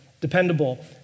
Dependable